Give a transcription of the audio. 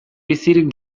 bizirik